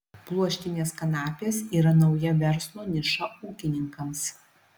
pluoštinės kanapės yra nauja verslo niša ūkininkams